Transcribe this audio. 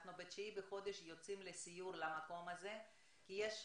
אנחנו ב-9 בחודש יוצאים לסיור למקום הזה כי יש,